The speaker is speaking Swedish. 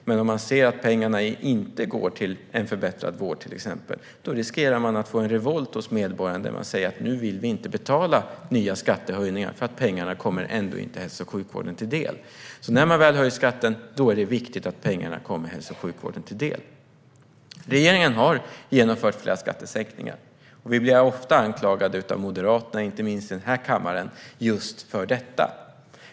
Men om pengarna till exempel inte går till en förbättrad vård riskerar man att få en revolt där medborgarna säger att de inte vill betala nya skattehöjningar eftersom pengarna inte kommer hälso och sjukvården till del. När man väl höjer skatten är det viktigt att pengarna kommer hälso och sjukvården till del. Regeringen har genomfört flera skattehöjningar, och vi blir ofta anklagade, inte minst av Moderaterna i den här kammaren, just för detta.